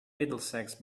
middlesex